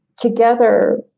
together